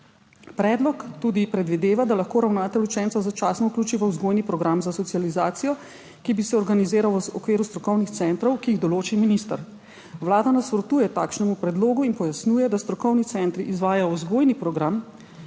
Predlog tudi predvideva, da lahko ravnatelj učenca začasno vključi v vzgojni program za socializacijo, ki bi se organiziral v okviru strokovnih centrov, ki jih določi minister. Vlada nasprotuje takšnemu predlogu in pojasnjuje, da strokovni centri izvajajo vzgojni program